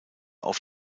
auf